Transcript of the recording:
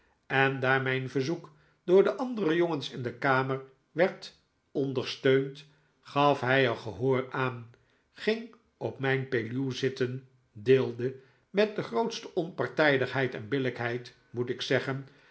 en daar mijn verzoek door de andere jongens in de kamer werd ondersteund gaf hij er gehoor aan ging op mijn peluw zitten deelde met de grootste onpartijdigheid en billijkheid moet ik zeggen